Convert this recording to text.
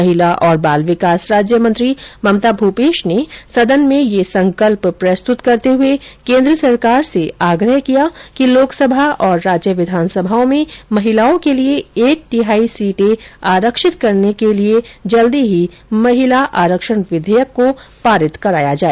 महिला और बाल विकास राज्य मंत्री ममता भूपेश ने सदन में यह संकल्प प्रस्तुत करते हुए केन्द्र सरकार से आग्रह किया कि लोकसभा और राज्य विधानसभाओं में महिलाओं के लिए एक तिहाई सीटें आरक्षित करने के जल्द ही महिला आरक्षण विधेयक को पारित कराया जाए